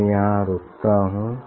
मैं यहाँ रुकता हूँ